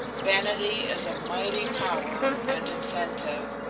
vanity is a mighty power and incentive,